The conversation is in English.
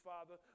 Father